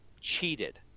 cheated